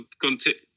continue